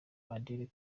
adele